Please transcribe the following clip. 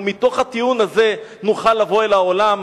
ומתוך הטיעון הזה נוכל לבוא אל העולם,